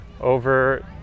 over